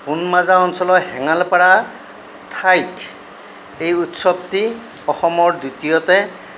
সোণমজা অঞ্চলৰ হেঙালপাৰা ঠাইত এই উৎৱসটি অসমৰ দ্বিতীয়তে